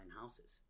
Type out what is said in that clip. houses